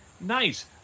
Nice